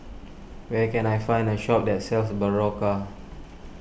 where can I find a shop that sells Berocca